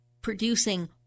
producing